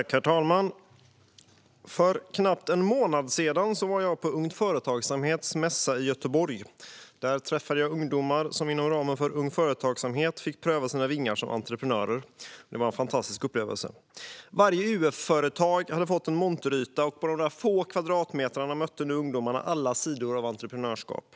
Herr talman! För knappt en månad sedan var jag på Ung Företagsamhets mässa i Göteborg. Där träffade jag ungdomar som inom ramen för Ung Företagsamhet fick pröva sina vingar som entreprenörer. Det var en fantastisk upplevelse. Varje UF-företag hade fått en monteryta, och på de få kvadratmeterna mötte ungdomarna alla sidor av entreprenörskap.